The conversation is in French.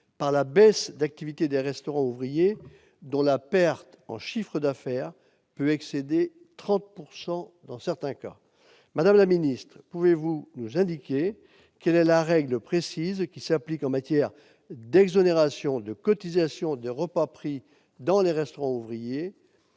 par la baisse d'activité des restaurants ouvriers, dont la perte de chiffre d'affaires peut excéder 30 % dans certains cas. Madame la ministre, pouvez-vous nous indiquer la règle précise qui s'applique en matière d'exonération de cotisation des repas pris dans les restaurants ouvriers